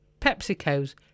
PepsiCo's